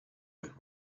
with